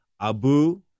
Abu